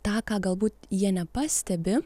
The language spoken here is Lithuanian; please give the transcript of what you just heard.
tą ką galbūt jie nepastebi